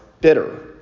bitter